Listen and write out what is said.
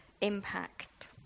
impact